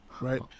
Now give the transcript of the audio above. right